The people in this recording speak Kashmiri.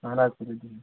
اَہَن حظ تُلِو بیٚہِو